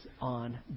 on